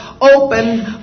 open